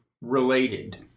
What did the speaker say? related